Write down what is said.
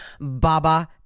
Baba